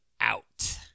Out